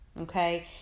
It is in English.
Okay